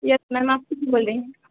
yes ma'am आप बोल रहीं हैं